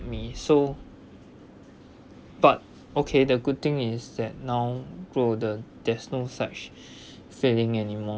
me so but okay the good thing is that now grow older there's no such feeling anymore